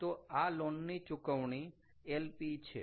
તો આ લોન ની ચુકવણી LP છે